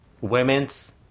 women's